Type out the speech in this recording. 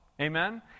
Amen